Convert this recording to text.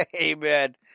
Amen